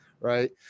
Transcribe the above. Right